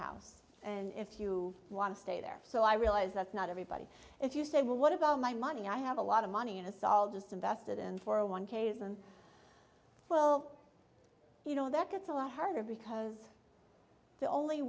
house and if you want to stay there so i realize that not everybody if you say well what about my money i have a lot of money in a solid just invested in for a one qasem well you know that gets a lot harder because the only